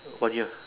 what year